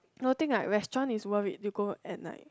no think like restaurant is worth it you go at night